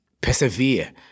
persevere